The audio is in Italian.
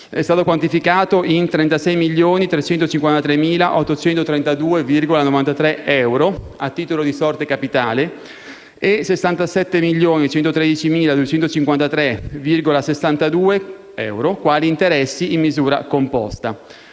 è stato quantificato in 36.353.832,93 a titolo di sorte capitale e in 67.113.253,62 euro quali interessi in misura composta.